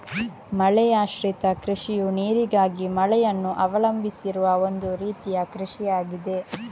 ಮಳೆಯಾಶ್ರಿತ ಕೃಷಿಯು ನೀರಿಗಾಗಿ ಮಳೆಯನ್ನು ಅವಲಂಬಿಸಿರುವ ಒಂದು ರೀತಿಯ ಕೃಷಿಯಾಗಿದೆ